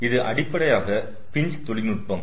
இது அடிப்படையாக பின்ச் தொழில்நுட்பம்